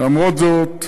למרות זאת,